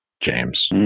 james